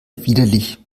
widerlich